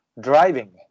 driving